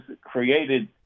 created